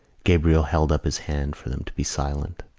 gabriel held up his hand for them to be silent.